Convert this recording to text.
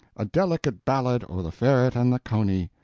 a delicate ballad o' the ferret and the coney.